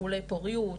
טיפולי פוריות,